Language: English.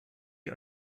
you